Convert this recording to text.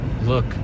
Look